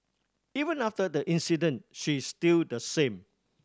even after the incident she is still the same